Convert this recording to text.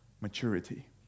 maturity